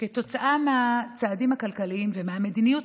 כתוצאה מהצעדים הכלכליים ומהמדיניות,